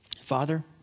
Father